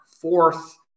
fourth